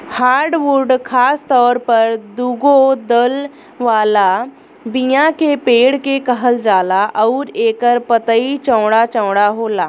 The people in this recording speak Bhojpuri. हार्डवुड खासतौर पर दुगो दल वाला बीया के पेड़ के कहल जाला अउरी एकर पतई चौड़ा चौड़ा होला